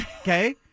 Okay